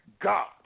God